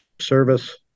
service